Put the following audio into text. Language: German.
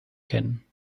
kennen